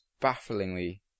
bafflingly